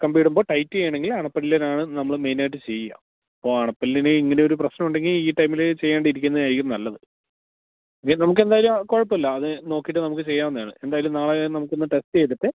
കമ്പിയിടുമ്പോള് tight ചെയ്യണമെങ്കിൽ അണപ്പല്ലിനാണ് നമ്മള് മേയ്നായിട്ട് ചെയ്യുക അപ്പോള് അണപ്പല്ലിന് ഇങ്ങനെയൊരു പ്രശ്നമുണ്ടെങ്കില് ഈ ടൈമില് ചെയ്യാതെയിരിക്കുന്നതായിരിക്കും നല്ലത് ഇനി നമുക്കെന്തായാലും കുഴപ്പമില്ല അത് നോക്കിയിട്ട് നമുക്ക് ചെയ്യാവുന്നതാണ് എന്തായാലും നാളെ നമുക്കൊന്ന് ടെസ്റ്റ് ചെയ്തിട്ട്